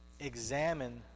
Examine